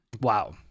wow